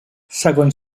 segon